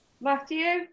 Matthew